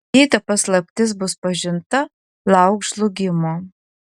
jei ta paslaptis bus pažinta lauk žlugimo